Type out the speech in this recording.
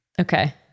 Okay